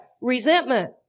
Resentment